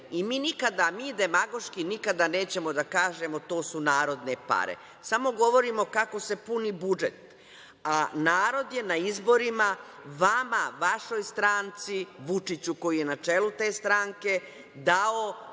i mi nikada, mi demagoški nikada nećemo da kažemo - to su narodne pare. Samo govorimo kako se puni budžet. Narod je na izborima vama, vašoj stranci, Vučiću koji je na čelu te stranke, dao